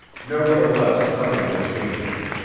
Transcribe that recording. nevertheless nothing had changed.